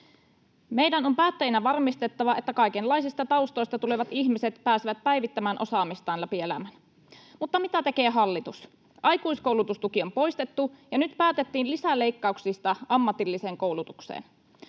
Meidän on päättäjinä varmistettava, että kaikenlaisista taustoista tulevat ihmiset pääsevät päivittämään osaamistaan läpi elämän. Mutta mitä tekee hallitus? Aikuiskoulutustuki on poistettu, ja nyt päätettiin lisäleikkauksista ammatilliseen koulutukseen.